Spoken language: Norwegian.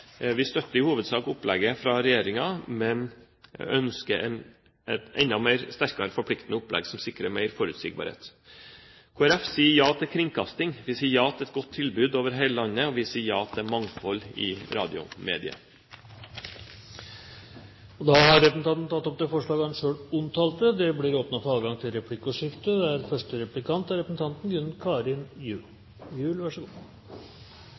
Vi støtter i hovedsak opplegget fra regjeringen, men ønsker et enda mer forpliktende opplegg som sikrer mer forutsigbarhet. Kristelig Folkeparti sier ja til kringkasting, vi sier ja til et godt tilbud over hele landet, og vi sier ja til mangfold i radiomediet. Representanten Øyvind Håbrekke har tatt opp det forslaget han refererte til. Det blir åpnet for replikkordskifte. Dagens debatt er veldig interessant å høre på fordi man her har ytterpunktene representert. Og det er